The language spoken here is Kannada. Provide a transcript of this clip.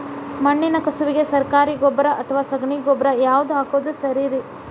ಮಣ್ಣಿನ ಕಸುವಿಗೆ ಸರಕಾರಿ ಗೊಬ್ಬರ ಅಥವಾ ಸಗಣಿ ಗೊಬ್ಬರ ಯಾವ್ದು ಹಾಕೋದು ಸರೇರಿ?